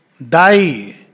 Die